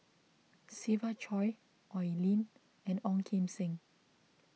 Siva Choy Oi Lin and Ong Kim Seng